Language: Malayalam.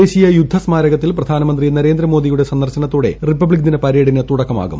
ദേശീയിൽ ക്യുദ്ധ സ്മാരകത്തിൽ പ്രധാനമന്ത്രി നരേന്ദ്ര മോദിയുടെ സന്ദർശനത്തോടെ റിപ്പബ്ലിക് ദിന പരേഡിന് തുടക്കമാകും